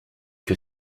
que